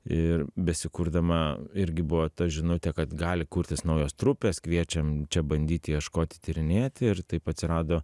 ir besikurdama irgi buvo ta žinutė kad gali kurtis naujos trupės kviečiam čia bandyti ieškoti tyrinėti ir taip atsirado